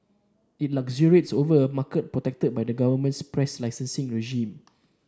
it luxuriates over a market protected by the government's press licensing regime